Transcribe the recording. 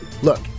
Look